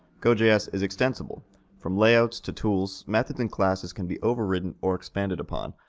gojs is extensible from layouts to tools, methods and classes can be overridden or expanded upon,